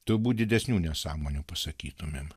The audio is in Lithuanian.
turbūt didesnių nesąmonių pasakytumėm